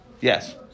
Yes